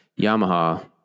Yamaha